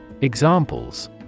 Examples